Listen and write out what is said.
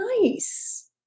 Nice